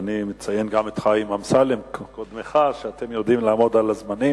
ואני מציין גם את חבר הכנסת חיים אמסלם קודמך: אתם יודעים לעמוד בזמנים.